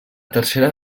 tercera